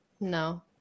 No